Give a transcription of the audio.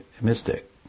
mystic